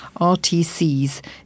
RTCs